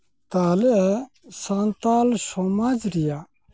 ᱛᱟᱦᱚᱞᱮ ᱥᱟᱱᱛᱟᱲ ᱥᱚᱢᱟᱡᱽ ᱨᱮᱭᱟᱜ